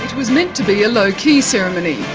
was meant to be a low-key ceremony.